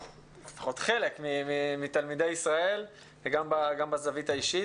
לפחות חלק מתלמידי ישראל גם בזווית האישית